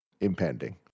impending